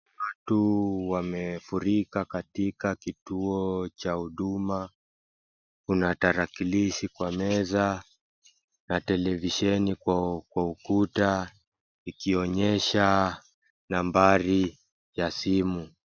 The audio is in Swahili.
Watu wamefurika katika kituo cha huduma. Kuna tarakilishi kwa meza na televisheni kwa ukuta ikionyesha nambari ya simu.